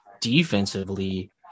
defensively